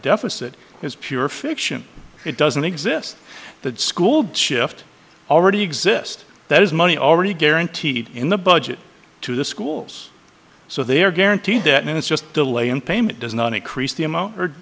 deficit is pure fiction it doesn't exist that school shift already exist that is money already guaranteed in the budget to the schools so they're guaranteed it and it's just delay in payment does not increase the amount or